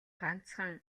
ганцхан